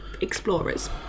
explorers